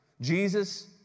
Jesus